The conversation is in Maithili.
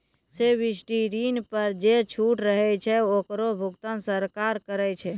सब्सिडी ऋण पर जे छूट रहै छै ओकरो भुगतान सरकार करै छै